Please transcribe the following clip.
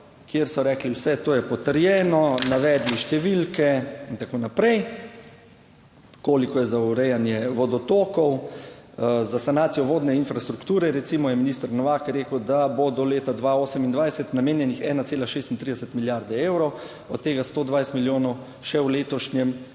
kjer so rekli, vse to je potrjeno, navedli številke in tako naprej, koliko je za urejanje vodotokov. Za sanacijo vodne infrastrukture, recimo, je minister Novak rekel, da bo do leta 2028 namenjenih 1,36 milijarde evrov, od tega 120 milijonov še v letošnjem